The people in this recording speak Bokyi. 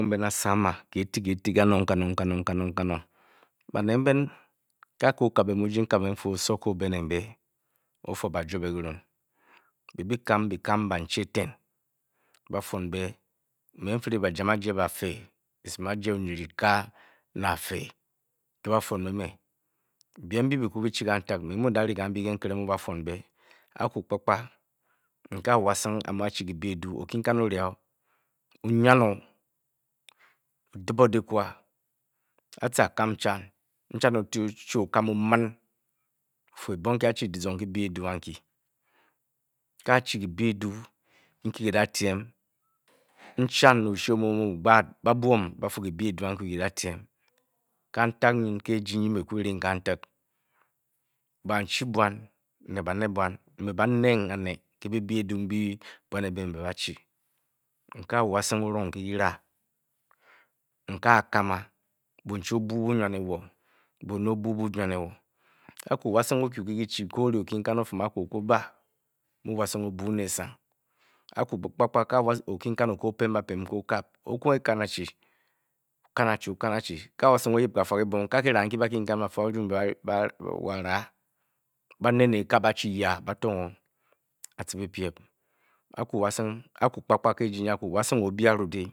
N-ko ben asama kiiti kiiti kanong kanong Banet mben a ke okabe mu eyi osowo ke o-be ne mbe o-fu, ba be jio o be kurun Be byi-kan byi-kam bachi eten mbe ba-fivon be me n-kan n-firi bajam aje befee esin onyinita ne afed nyi ba-fwon meme mbyi byi-ku byi-chi kantik me m-mu n-daa ndar, ke nkese mu ba-fwon nu A wasing amu a-chi kyibi eduu, okinkan o-ri o o-nyan o, o-dip o dyikwa. A a-oe a-kan nchaa. O-chi o ekam o-min o-fu, ebong nkyi a-chi dyizong edaa anyi a a-chi kyi bi eduu nyi eda-tyem nchan ne oshe omumu gbeat ba-fa, kyibi eduu ankyi kyi da-tyem kantik ka ejii nyi me mu n-ri i neen, banchi bwen ne bare bwon mbe ba-chi o-buu bunywa ne wo, bone o-buu bunwa ne wa. Aku wesing O-kyi ke kyichi a o-ri okinkan o-fim aku mu o-ba, wasing o-buu nensang kpakpa a okinkan mu o-pem kyiran washing o-yip bubwo kyibong a nkyi bafi ba ryeng wasing oranba-kii ng esang achi aka kpu kpu woning dobyi arut